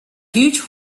huge